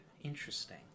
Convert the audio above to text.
interesting